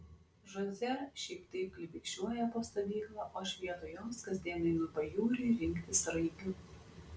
žoze šiaip taip klibikščiuoja po stovyklą o aš vietoj jos kasdien einu į pajūrį rinkti sraigių